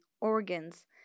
organs